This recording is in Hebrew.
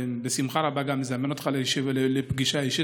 ובשמחה רבה גם אזמן אותך לפגישה אישית,